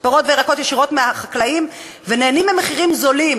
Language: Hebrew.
פירות וירקות ישירות מהחקלאים ונהנים ממחירים זולים.